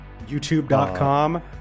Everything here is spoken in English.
YouTube.com